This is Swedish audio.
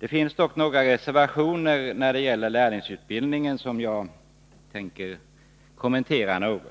Det finns dock några reservationer när det gäller lärlingsutbildningen som jag tänker kommentera något.